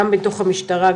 גם בתוך המשטרה,